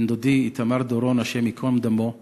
בן-דודי איתמר דורון, השם ייקום דמו,